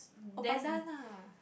oh pandan lah